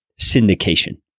syndication